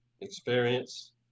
Experience